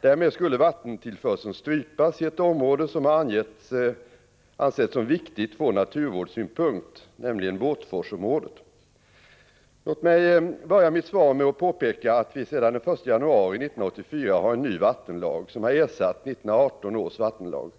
Därmed skulle vattentillförseln strypas i ett område som har ansetts viktigt från naturvårdssynpunkt, nämligen Båtforsområdet. Låt mig börja mitt svar med att påpeka att vi sedan den 1 januari 1984 har en ny vattenlag, som har ersatt 1918 års vattenlag.